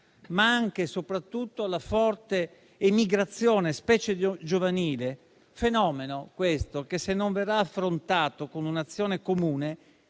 ma anche e soprattutto alla forte emigrazione, specialmente giovanile, fenomeno questo che, se non verrà affrontato con un'azione comune